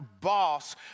boss